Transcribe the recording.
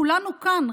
כולנו כאן,